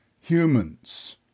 Humans